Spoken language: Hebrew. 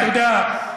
אתה יודע,